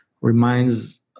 reminds